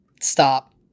Stop